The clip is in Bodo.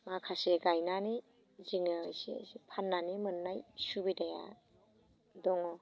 माखासे गायनानै जोङो एसे एसे फाननानै मोननाय सुबिदाया दङ